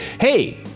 Hey